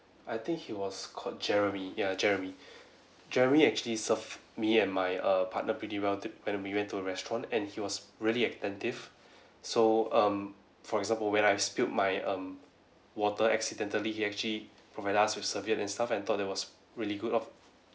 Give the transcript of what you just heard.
I think he was called jeremy ya jeremy jeremy actually serve me and my err partner pretty well when we went to the restaurant and he was really attentive so um for example when I spilled my um water accidentally he actually provide us with serviette and stuff and thought it was really good of